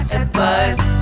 advice